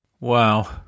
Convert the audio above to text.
Wow